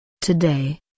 Today